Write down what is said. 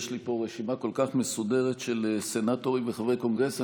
יש לי פה רשימה כל כך מסודרת של סנטורים וחברי קונגרס,